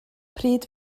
pryd